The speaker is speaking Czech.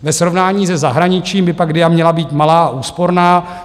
Ve srovnání se zahraničím by pak DIA měla být malá a úsporná.